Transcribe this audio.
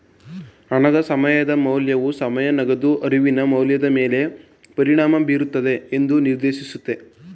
ಹಣದ ಸಮಯದ ಮೌಲ್ಯವು ಸಮಯ ನಗದು ಅರಿವಿನ ಮೌಲ್ಯದ ಮೇಲೆ ಪರಿಣಾಮ ಬೀರುತ್ತದೆ ಎಂದು ನಿರ್ದೇಶಿಸುತ್ತದೆ